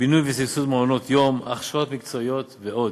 בינוי וסבסוד מעונות-יום, הכשרות מקצועיות ועוד.